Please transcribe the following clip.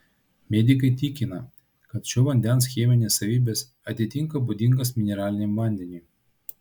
medikai tikina kad šio vandens cheminės savybės atitinka būdingas mineraliniam vandeniui